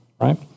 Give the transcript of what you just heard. Right